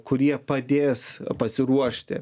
kurie padės pasiruošti